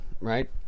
Right